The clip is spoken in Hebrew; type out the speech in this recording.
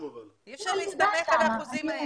אי אפשר להסתמך על האחוזים האלה.